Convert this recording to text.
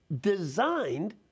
designed